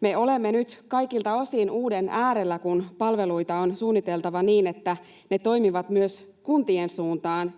Me olemme nyt kaikilta osin uuden äärellä, kun palveluita on suunniteltava niin, että ne toimivat myös kuntien suuntaan,